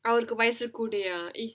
அவருக்கு வயசு கூடயா:avarukku vayasu koodayaa